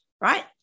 right